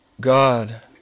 God